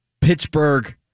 Pittsburgh